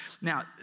Now